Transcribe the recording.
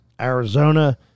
Arizona